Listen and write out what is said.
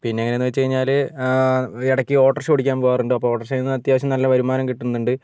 പിന്നെ എങ്ങനെയാണെന്ന് വെച്ചുകഴിഞ്ഞാൽ ഇടയ്ക്ക് ഓട്ടോറിക്ഷ ഓടിക്കാൻ പോകാറുണ്ട് അപ്പോൾ ഒട്ടോറിക്ഷയിൽ നിന്ന് അത്യാവശ്യം നല്ല വരുമാനം കിട്ടുന്നുണ്ട്